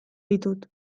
ditut